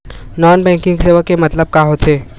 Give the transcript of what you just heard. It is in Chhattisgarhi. नॉन बैंकिंग सेवा के मतलब का होथे?